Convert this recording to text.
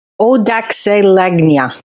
odaxelagnia